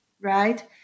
right